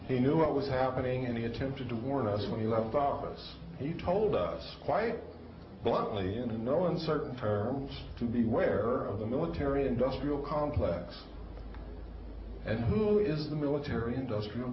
you knew what was happening and he attempted to warn us when he left office he told us quite bluntly in no uncertain terms to the wearer of the military industrial complex and who is the military industrial